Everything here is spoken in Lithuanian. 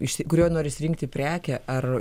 iš kurio nori išsirinkti prekę ar